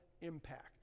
impact